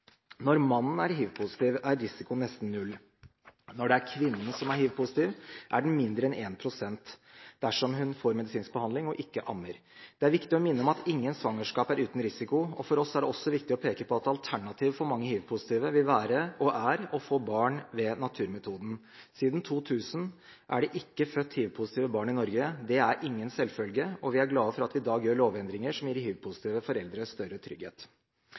Når mannen er hivpositiv, er risikoen nesten null. Når det er kvinnen som er hivpositiv, er risikoen mindre enn 1 pst. dersom hun får medisinsk behandling og ikke ammer. Det er viktig å minne om at ingen svangerskap er uten risiko, og for oss er det også viktig å peke på at alternativet for mange friske hivpositive vil være – og er – å få barn ved naturmetoden. Siden 2000 er det ikke født hivpositive barn i Norge. Det er ingen selvfølge, og vi er glad for at vi i dag gjør lovendringer som gir hivpositive foreldre større trygghet.